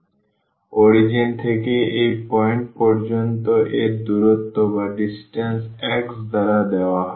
সুতরাং অরিজিন থেকে এই পয়েন্ট পর্যন্ত এর দূরত্ব x দ্বারা দেওয়া হয়